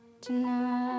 tonight